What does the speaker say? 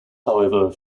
however